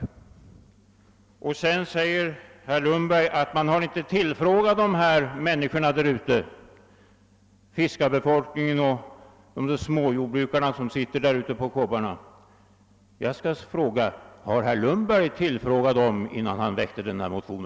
Herr Lundberg säger också att man inte tillfrågat fiskarbefolkningen och småjordbrukarna där ute på kobbarna. Jag vill fråga: Har herr Lundberg tillfrågat dem innan han väckte denna motion?